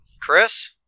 Chris